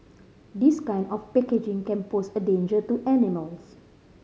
this kind of packaging can pose a danger to animals